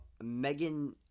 Megan